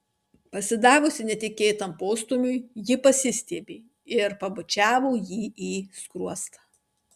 pasidavusi netikėtam postūmiui ji pasistiebė ir pabučiavo jį į skruostą